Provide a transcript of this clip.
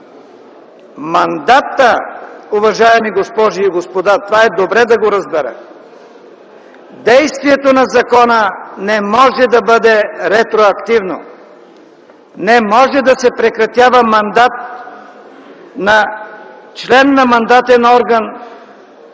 мандатът, уважаеми госпожи и господа, това е добре да го разберем, действието на закона не може да бъде ретроактивно. Не може да се прекратява мандат на член на мандатен орган,